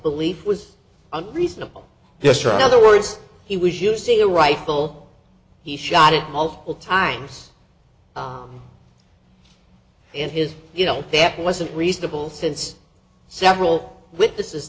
belief was unreasonable yes or other words he was using a rifle he shot it multiple times in his you know that wasn't reasonable since several witnesses